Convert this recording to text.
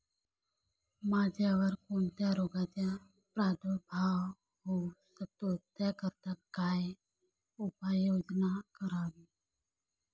मक्यावर कोणत्या रोगाचा प्रादुर्भाव होऊ शकतो? त्याकरिता काय उपाययोजना करावी?